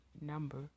number